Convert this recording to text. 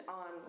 on